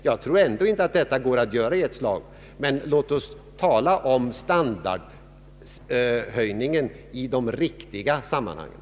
Jag tror ändå inte att det går att göra detta i ett slag, men låt oss tala om standardhöjningen i de riktiga sammanhangen!